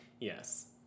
Yes